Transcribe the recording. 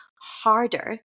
harder